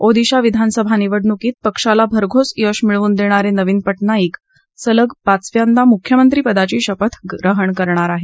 ओदिशा विधानसभा निवडणुकीत पक्षाला भरघोस यश मिळवून देणारे नवीन पटनाईक सलग पाचव्यांदा मुख्यमंत्री पदाची शपथ ग्रहण करणार आहेत